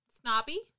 Snobby